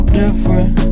different